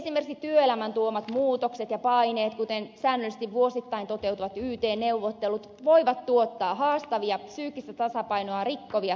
esimerkiksi työelämän tuomat muutokset ja paineet kuten säännöllisesti vuosittain toteutuvat yt neuvottelut voivat tuottaa haastavia psyykkistä tasapainoa rikkovia tilanteita